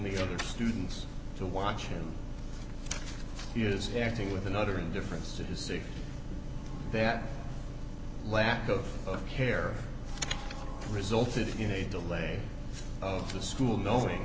the other students to watch him he is acting with another indifference to his see that lack of care resulted in a delay of the school knowing